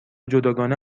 جداگانه